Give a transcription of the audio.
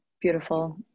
Beautiful